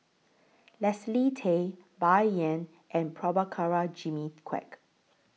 Leslie Tay Bai Yan and Prabhakara Jimmy Quek